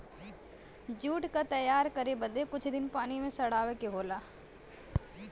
jute क तैयार करे बदे कुछ दिन पानी में सड़ावे के होला